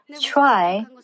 try